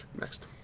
Next